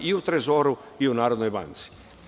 To ima i u Trezoru i u Narodnoj banci.